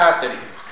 capacity